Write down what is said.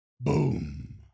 Boom